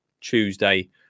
Tuesday